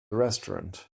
restaurant